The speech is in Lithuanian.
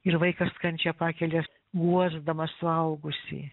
ir vaikas kančią pakelia guosdamas suaugusį